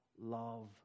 love